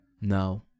No